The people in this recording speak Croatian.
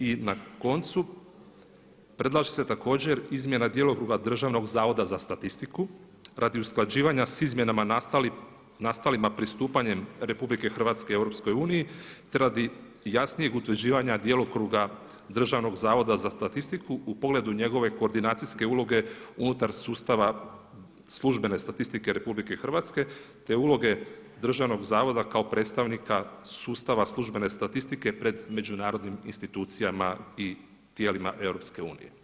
I na koncu, predlaže se također izmjena djelokruga Državnog zavoda za statistiku radi usklađivanja sa izmjenama nastalima pristupanjem RH Europskoj uniji te radi jasnijeg utvrđivanja djelokruga Državnog zavoda za statistiku u pogledu njegove koordinacijske uloge unutar sustava službene statistike RH te uloge državnog zavoda kao predstavnika sustava službene statistike pred međunarodnim institucijama i tijelima EU.